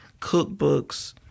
cookbooks